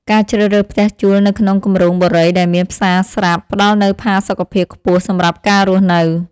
ការជ្រើសរើសផ្ទះជួលនៅក្នុងគម្រោងបុរីដែលមានផ្សារស្រាប់ផ្តល់នូវផាសុកភាពខ្ពស់សម្រាប់ការរស់នៅ។